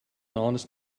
honest